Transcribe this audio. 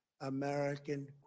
American